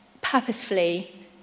purposefully